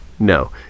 No